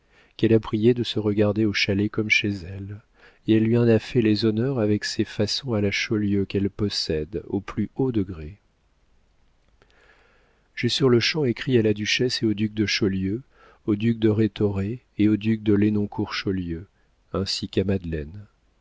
qu'elle a priée de se regarder au chalet comme chez elle et elle lui en a fait les honneurs avec ces façons à la chaulieu qu'elle possède au plus haut degré j'ai sur-le-champ écrit à la duchesse et au duc de chaulieu au duc de rhétoré et au duc de lenoncourt chaulieu ainsi qu'à madeleine